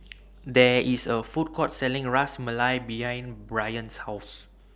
There IS A Food Court Selling Ras Malai behind Brien's House